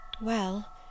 Well